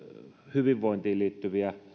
hyvinvointiin liittyviä